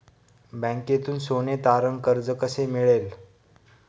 बँकेतून सोने तारण कर्ज कसे मिळेल?